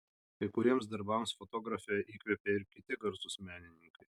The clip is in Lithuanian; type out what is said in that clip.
kai kuriems darbams fotografę įkvėpė ir kiti garsūs menininkai